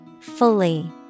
Fully